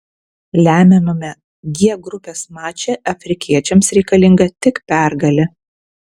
lemiamame g grupės mače afrikiečiams reikalinga tik pergalė